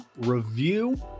review